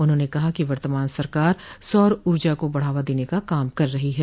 उन्हाने कहा कि वर्तमान सरकार सौर ऊर्जा को बढ़ावा देने का काम कर रही है